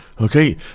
Okay